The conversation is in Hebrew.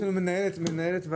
זה סעיף 6